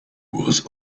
was